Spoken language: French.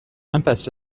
impasse